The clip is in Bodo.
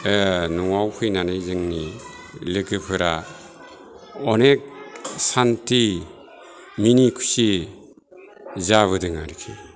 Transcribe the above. न'आव फैनानै जोंनि लोगोफोरा अनेख सान्थि मिनिखुसि जाबोदों आरोखि